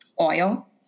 oil